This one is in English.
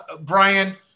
Brian